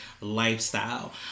lifestyle